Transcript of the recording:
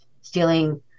stealing